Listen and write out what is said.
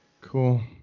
Cool